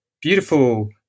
beautiful